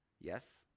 Yes